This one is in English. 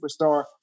superstar